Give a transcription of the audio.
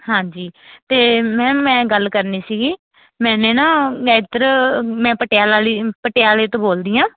ਹਾਂਜੀ ਅਤੇ ਮੈਮ ਮੈਂ ਗੱਲ ਕਰਨੀ ਸੀਗੀ ਮੈਨੇ ਨਾ ਮੈਂ ਇੱਧਰ ਮੈਂ ਪਟਿਆਲਾ ਲਈ ਪਟਿਆਲੇ ਤੋਂ ਬੋਲਦੀ ਹਾਂ